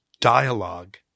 dialogue